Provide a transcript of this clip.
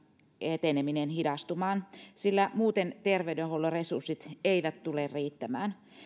eteneminen hidastumaan sillä muuten terveydenhuollon resurssit eivät tule riittämään